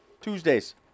Tuesdays